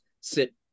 sit